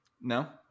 no